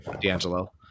D'Angelo